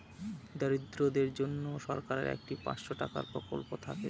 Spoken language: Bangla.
দরিদ্রদের জন্য সরকারের একটি পাঁচশো টাকার প্রকল্প থাকে